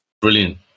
Brilliant